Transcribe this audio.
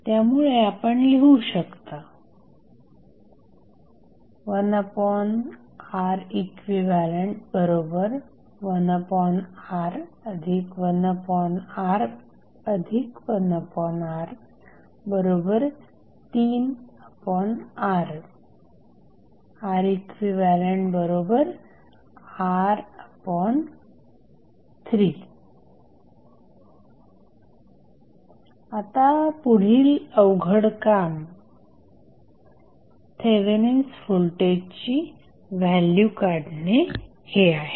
त्यामुळे आपण लिहू शकता 1Req1R1R1R3R ReqR3 आता पुढील अवघड काम थेवेनिन्स व्होल्टेजची व्हॅल्यू काढणे हे आहे